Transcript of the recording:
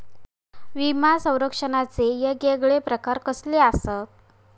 विमा सौरक्षणाचे येगयेगळे प्रकार कसले आसत?